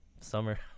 summer